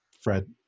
Fred